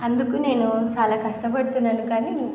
అందుకు నేను చాలా కష్టపడుతున్నాను కానీ